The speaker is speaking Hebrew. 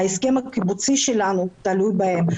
ההסכם הקיבוצי שלנו תלוי בהם,